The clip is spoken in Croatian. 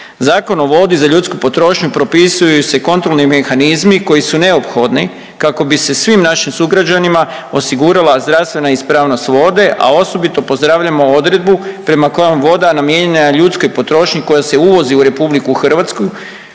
Zakon o vodi za ljudsku potrošnju propisuju se i kontrolni mehanizmi koji su neophodni kako bi se svim našim sugrađanima osigurala zdravstvena ispravnost vode, a osobito pozdravljamo odredbu prema kojoj voda namijenjena je ljudskoj potrošnji koja se uvozi u RH mora